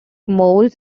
molds